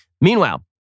meanwhile